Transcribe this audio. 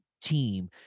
team